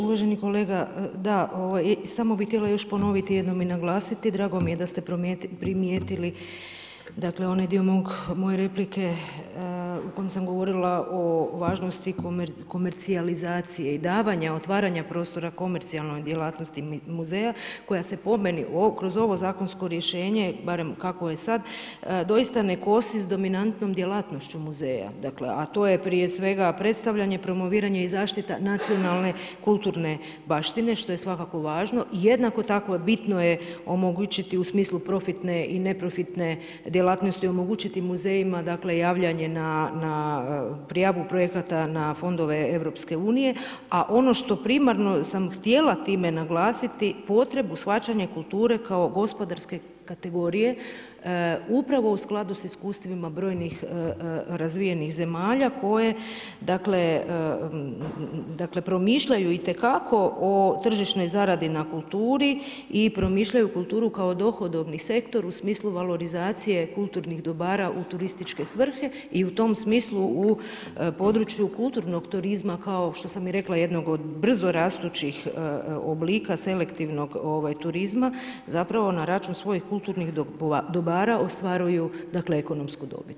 Uvaženi kolega, da, samo bi htjela još ponoviti jednom i naglasiti, drago mi je daste primijetili onaj dio moje replike u kojoj sam govorila o važnosti komercijalizacije i davanja, otvaranja prostora komercijalnoj djelatnosti muzeja koja se po meni kroz ovo zakonsko rješenje barem kakvo je sad, doista ne kosi s dominantnom djelatnošću muzeja a to je prije svega predstavljanje, promoviranje i zaštita nacionalne kulturne baštine što je svakako važno, jednako tako je bitno omogućiti u smislu profitne i neprofitne djelatnosti, omogućiti muzejima javljanje na prijavu projekata na fondove EU-a, a ono što primarno sam htjela time naglasiti, potrebu shvaćanja kulture kao gospodarske kategorije upravo u skladu sa iskustvima brojnih razvijenih zemalja koje promišljaju itekako o tržišnoj zaradi na kulturi i promišljaju kulturu kao dohodovni sektor u smislu valorizacije kulturnih dobara u turističke svrhe i u tom smislu u području kulturnog turizma kao što sam i rekla, jednog od brzorastućih oblika selektivnog turizma zapravo na račun svojih kulturnih dobara ostvaruju ekonomsku dobit.